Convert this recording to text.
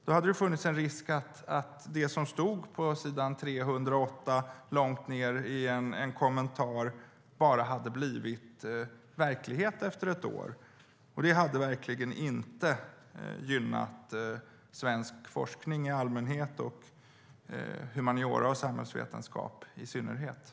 Då hade det funnits risk för att det som stod på s. 308 långt ned i en kommentar hade blivit verklighet efter ett år. Det hade verkligen inte gynnat svensk forskning i allmänhet och humaniora och samhällsvetenskap i synnerhet.